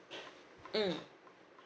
mm